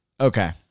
Okay